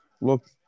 look